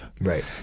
Right